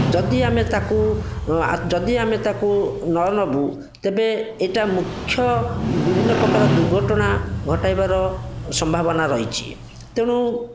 ଯଦି ଆମେ ତାକୁ ଆ ଯଦି ଆମେ ତାକୁ ନ ନେବୁ ତେବେ ଏଇଟା ମୁଖ୍ୟ ବିଭିନ୍ନ ପ୍ରକାର ଦୁର୍ଘଟଣା ଘଟାଇବାର ସମ୍ଭାବନା ରହିଛି ତେଣୁ